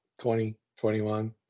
2021